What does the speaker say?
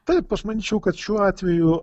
taip aš manyčiau kad šiuo atveju